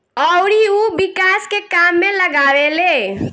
अउरी उ विकास के काम में लगावेले